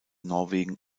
norwegen